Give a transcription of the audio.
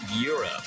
Europe